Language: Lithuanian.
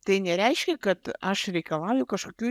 tai nereiškia kad aš reikalauju kažkokių